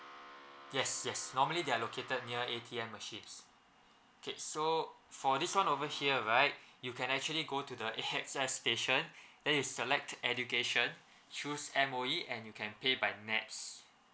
yes yes normally they are located near A_T_M machines okay so for this one over here right you can actually go to the A S X station then you select education choose M_O_E and you can pay by nets